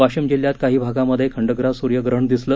वाशिम जिल्ह्यात काही भागामध्ये खंडग्रास सूर्यग्रहण दिसलं